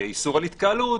איסור על התקהלות,